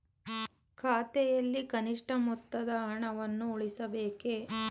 ಖಾತೆಯಲ್ಲಿ ಕನಿಷ್ಠ ಮೊತ್ತದ ಹಣವನ್ನು ಉಳಿಸಬೇಕೇ?